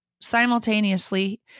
simultaneously